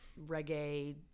reggae